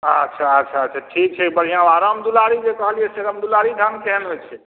अच्छा अच्छा ठीक छै बढ़िऑं रामदुलारी जे कहलिए से रामदुलारी धान केहन होइ छै